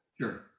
Sure